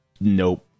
nope